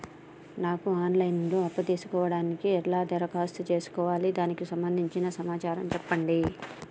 నాకు online లో అప్పు తీసుకోవడానికి ఎలా దరఖాస్తు చేసుకోవాలి దానికి సంబంధించిన సమాచారం చెప్పండి?